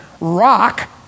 rock